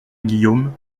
guillaume